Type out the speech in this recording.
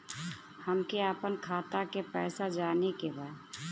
हमके आपन खाता के पैसा जाने के बा